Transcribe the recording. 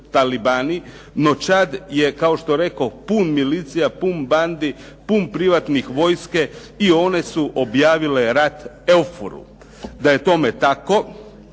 no Čad je, kao što rekoh, pun milicija, pun bandi, pun privatne vojske i one su objavile Elfuru. Da je tome tako,